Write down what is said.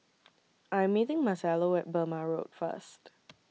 I Am meeting Marcelo At Burmah Road First